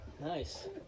Nice